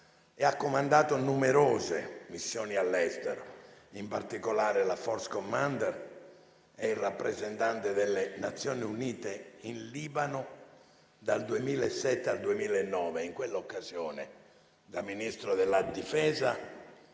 ed ha comandato numerose missioni all'estero, in particolare come *force commander* e come rappresentante delle Nazioni Unite in Libano, dal 2007 al 2009. In quell'occasione, da Ministro della difesa